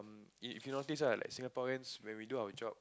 if you notice right like Singaporeans when we do our job